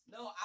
No